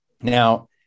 Now